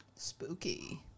Spooky